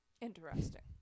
Interesting